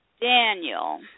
daniel